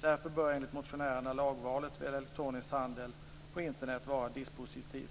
Därför bör enligt motionärerna lagvalet vid elektronisk handel på Internet vara dispositivt.